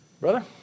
brother